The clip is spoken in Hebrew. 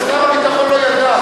בסיומם נמסר צו ההריסה.